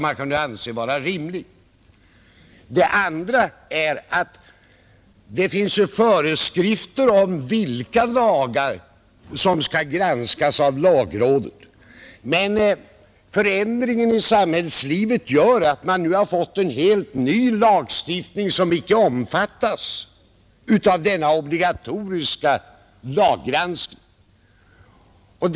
Den andra anledningen var att det finns föreskrifter om vilka lagar som skall granskas av lagrådet, men förändringen i samhället har gjort att vi fått en helt ny lagstiftning som inte omfattas av den obligatoriska laggranskningen.